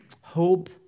Hope